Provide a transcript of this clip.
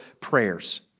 prayers